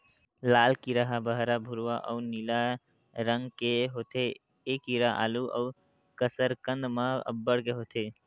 लाल कीरा ह बहरा भूरवा अउ नीला रंग के होथे ए कीरा आलू अउ कसरकंद म अब्बड़ के होथे